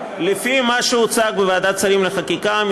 לפי מה שהוצג בוועדת השרים לחקיקה,